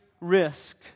risk